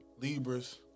Libras